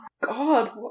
god